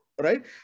Right